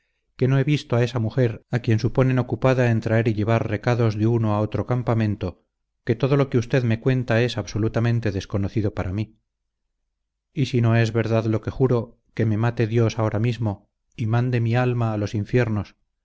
que no he visto a esa mujer a quien suponen ocupada en traer y llevar recados de uno a otro campamento que todo lo que usted me cuenta es absolutamente desconocido para mí y si no es verdad lo que juro que me mate dios ahora mismo y mande mi alma a los infiernos